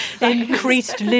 Increased